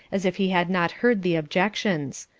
as if he had not heard the objections,